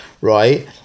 right